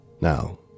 Now